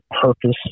purpose